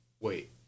Wait